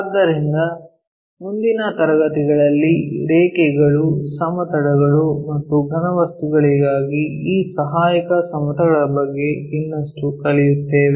ಆದ್ದರಿಂದ ಮುಂದಿನ ತರಗತಿಗಳಲ್ಲಿ ರೇಖೆಗಳು ಸಮತಲಗಳು ಮತ್ತು ಘನವಸ್ತುಗಳಿಗಾಗಿ ಈ ಸಹಾಯಕ ಸಮತಲಗಳ ಬಗ್ಗೆ ಇನ್ನಷ್ಟು ಕಲಿಯುತ್ತೇವೆ